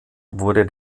wurde